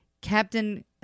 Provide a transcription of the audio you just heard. Captain